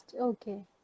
Okay